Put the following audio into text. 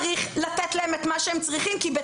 צריך לתת להם מה שהם צריכים כי בית